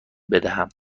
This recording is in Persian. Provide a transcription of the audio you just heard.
بدهم